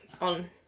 on